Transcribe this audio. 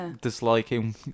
disliking